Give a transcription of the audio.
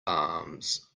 arms